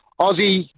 Aussie